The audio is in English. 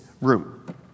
room